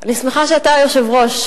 אני שמחה שאתה יושב-ראש,